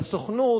לסוכנות.